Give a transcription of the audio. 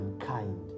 unkind